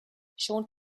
schon